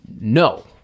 No